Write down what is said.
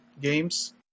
games